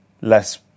less